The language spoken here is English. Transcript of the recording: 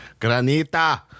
granita